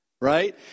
right